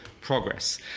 progress